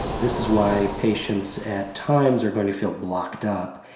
this is why patients at times are going to feel blocked up,